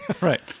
Right